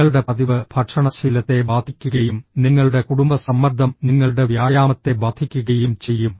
നിങ്ങളുടെ പതിവ് ഭക്ഷണശീലത്തെ ബാധിക്കുകയും നിങ്ങളുടെ കുടുംബ സമ്മർദ്ദം നിങ്ങളുടെ വ്യായാമത്തെ ബാധിക്കുകയും ചെയ്യും